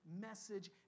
message